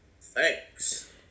Thanks